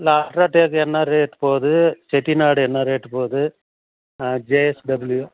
ultra tech என்ன rate போகுது செட்டிநாடு போகுது ஜேஎஸ்டபுள்யு